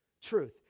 Truth